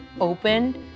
opened